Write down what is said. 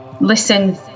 listen